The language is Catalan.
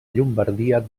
llombardia